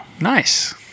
Nice